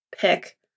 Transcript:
pick